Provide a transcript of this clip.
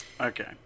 Okay